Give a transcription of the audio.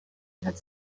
had